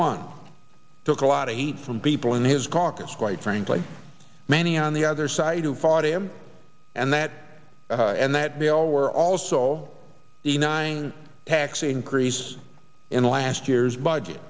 one took a lot of heat from people in his caucus quite frankly many on the other side who fought him and that and that they all were also the nine tax increase in last year's budget